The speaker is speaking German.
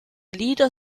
lieder